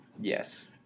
Yes